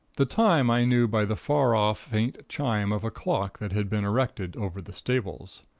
the time i knew by the far-off, faint chime of a clock that had been erected over the stables.